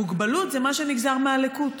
המוגבלות זה מה שנגזר מהלקות.